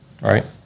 right